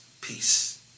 Peace